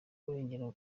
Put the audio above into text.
kurengera